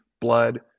blood